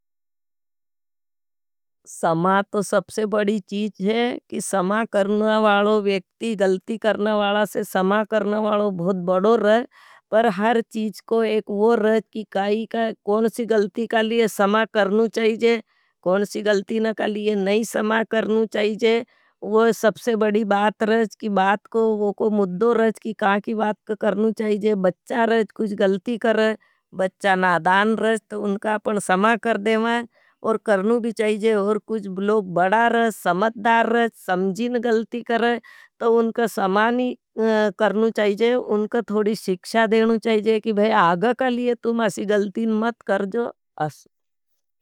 समा तो सबसे बड़ी चीज है कि समा करना वालो वेक्ति गल्टी करना वाला से समा करना वालो बहुत बड़ो रहे। पर हर चीज को एक वो रहे कई कि कौन सी गल्टी का लिए समा करनु चाहिए। कौन सी गल्टी न का लिए नहीं समा करनु चाहिए वो सबसे बड़ी बात रहे। कि वो को मुद्धो रहे कि का की बात का करनु चाहिए बच्चा रहे कुछ गल्टी कर रहे। बच्चा नादान रहे तो उनका अपने समा कर देवा है और करनु भी चाहिए। और कुछ लोग बड़ा रहे समत्दार रहे समझिन गल्टी कर रहे। तो उनका समानी करनु चाहिए उनका थोड़ी शिक्षा देनु चाहिए कि भाई आग कालिये तुम आशी गल्टीन मत करजो असू।